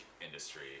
industry